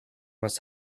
must